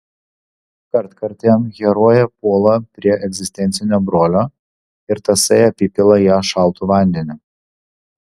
kartkartėm herojė puola prie egzistencinio brolio ir tasai apipila ją šaltu vandeniu